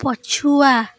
ପଛୁଆ